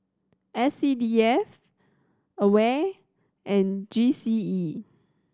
S C D F AWARE and G C E